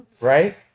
right